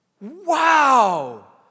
Wow